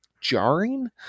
jarring